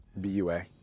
B-U-A